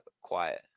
quiet